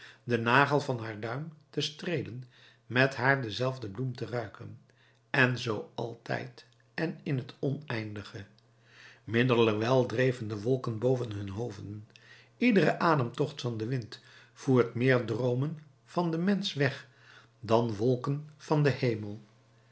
den nagel van haar duim te streelen met haar dezelfde bloem te ruiken en zoo altijd en in t oneindige middelerwijl dreven de wolken boven hun hoofden iedere ademtocht van den wind voert meer droomen van den mensch weg dan wolken van den hemel